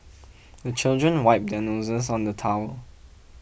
the children wipe their noses on the towel